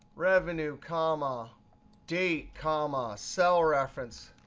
revenue comma date comma cell reference,